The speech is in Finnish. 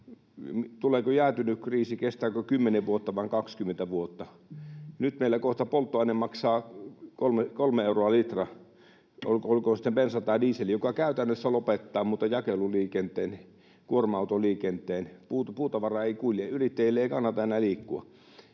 Tuleeko jäätynyt kriisi, kestääkö kymmenen vuotta vai 20 vuotta? Nyt meillä polttoaine kohta maksaa kolme euroa litra, olkoon sitten bensa tai diesel — mikä muuten käytännössä lopettaa jakeluliikenteen, kuorma-autoliikenteen, ja puutavara ei kulje, kun yrittäjien ei kannata enää liikkua.